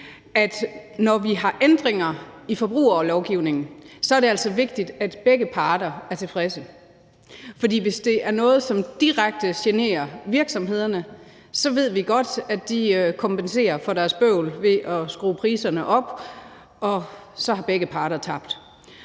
når der er ændringer i forbrugerlovgivningen, er det altså vigtigt, at begge parter er tilfredse. For hvis det er noget, som direkte generer virksomhederne, ved vi godt, at de kompenserer for deres bøvl ved at skrue priserne op, og så har begge parter tabt.